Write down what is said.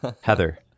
Heather